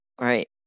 Right